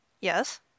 Yes